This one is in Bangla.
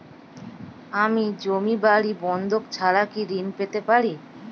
আমি জমি বাড়ি বন্ধক ছাড়া কি ঋণ পেতে পারি?